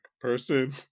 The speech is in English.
person